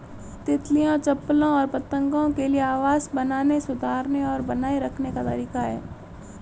तितलियों, चप्पलों और पतंगों के लिए आवास बनाने, सुधारने और बनाए रखने का तरीका है